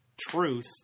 truth